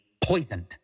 poisoned